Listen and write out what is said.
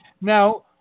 Now